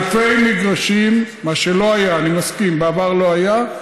אלפי מגרשים, מה שלא היה, אני מסכים, בעבר לא היה.